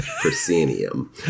proscenium